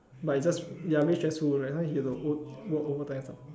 but you just ya a bit stressful you have to work work overtime